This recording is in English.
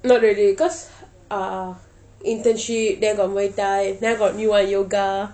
not really because ah internship then got muay thai then I got yoga